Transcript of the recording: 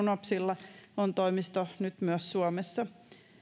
unopsilla on toimisto nyt myös suomessa